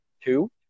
Two